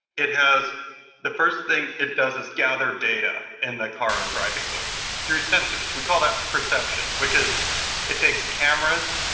it has the first thing it does is gather data in the car driving loop through sensors. we call that perception, which is it takes cameras,